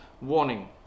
warning